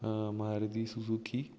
Maruti Suzuki